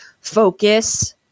focus